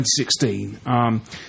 2016